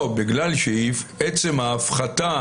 או שבגלל עצם ההפחתה,